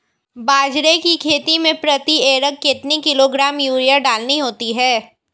बाजरे की खेती में प्रति एकड़ कितने किलोग्राम यूरिया डालनी होती है?